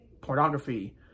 pornography